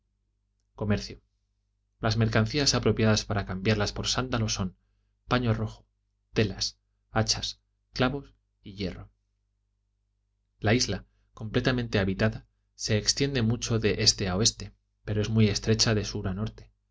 comercio las mercancías apropiadas para cambiarlas por sándalo son paño rojo telas hachas clavos y hierro la isla completamente habitada se extiende mucho de este a oeste pero es muy estrecha de sur a norte